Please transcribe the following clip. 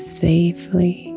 safely